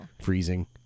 freezing